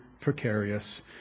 precarious